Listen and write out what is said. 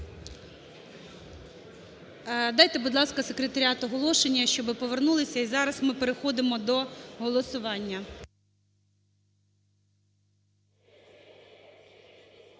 Дайте, будь ласка, секретаріату оголошення, щоб повернулися і зараз ми переходимо до голосування.